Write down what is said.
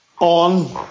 On